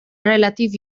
relativ